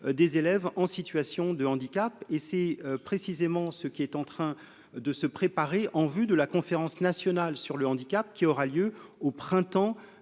des élèves en situation de handicap et c'est précisément ce qui est en train de se préparer en vue de la conférence nationale sur le handicap, qui aura lieu au printemps